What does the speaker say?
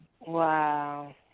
Wow